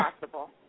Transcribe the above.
possible